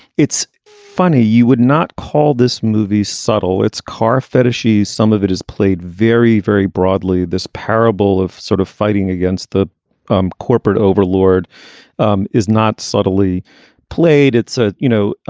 it's funny you would not call this movie's subtle. it's car fetishes. some of it is played very, very broadly. this parable of sort of fighting against the um corporate overlord um is not subtly played. it's a you know,